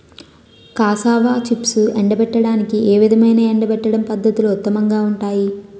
Cassava చిప్స్ను ఎండబెట్టడానికి ఏ విధమైన ఎండబెట్టడం పద్ధతులు ఉత్తమంగా ఉంటాయి?